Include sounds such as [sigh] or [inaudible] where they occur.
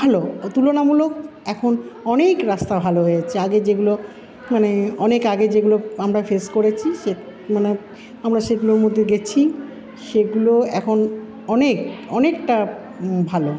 ভালো তুলনামূলক এখন অনেক রাস্তা ভালো হয়েছে আগে যেগুলো মানে অনেক আগে যেগুলো আমরা ফেস করেছি [unintelligible] মানে আমরা সেগুলোর মধ্যে গেছি সেগুলো এখন অনেক অনেকটা ভালো